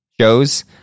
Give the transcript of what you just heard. shows